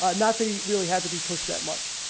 ah not that he really had to be pushed that much.